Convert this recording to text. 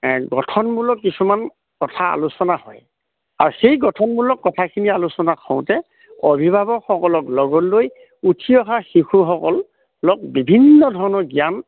গঠনমূলক কিছুমান কথা আলোচনা হয় আৰু সেই গঠনমূলক কথাখিনি আলোচনা হওঁতে অভিভাৱকসকলক লগতলৈ উঠি অহা শিশুসকল বিভিন্ন ধৰণৰ জ্ঞান